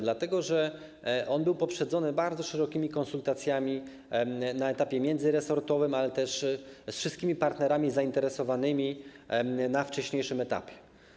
Dlatego że on był poprzedzony bardzo szerokimi konsultacjami na etapie międzyresortowym, ale też z wszystkimi partnerami zainteresowanymi na wcześniejszym etapie.